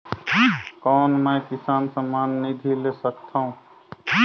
कौन मै किसान सम्मान निधि ले सकथौं?